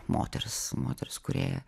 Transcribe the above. moteris moteris kūrėja